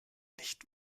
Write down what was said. nicht